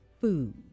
food